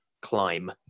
climb